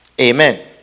Amen